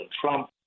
Trump